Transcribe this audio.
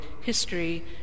history